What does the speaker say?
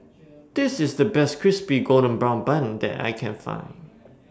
This IS The Best Crispy Golden Brown Bun that I Can Find